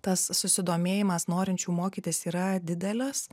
tas susidomėjimas norinčių mokytis yra didelis